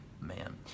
man